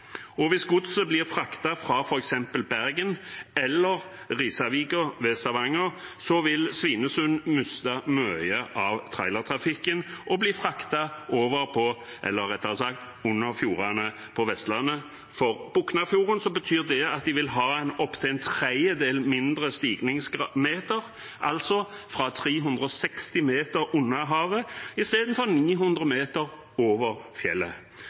Hvis godset blir fraktet fra f.eks. Bergen eller Risavika ved Stavanger, vil Svinesund miste mye av trailertrafikken, og det vil bli fraktet over – eller rettere sagt under – fjordene på Vestlandet. For Boknafjorden betyr det opptil en tredjedel mindre stigningsmeter, altså fra 360 meter under havet i stedet for 900 meter over fjellet.